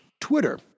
Twitter